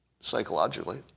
psychologically